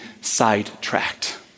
sidetracked